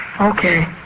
Okay